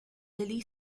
lily